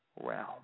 realm